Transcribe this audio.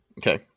Okay